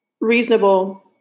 reasonable